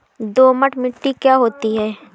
दोमट मिट्टी क्या होती हैं?